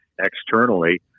externally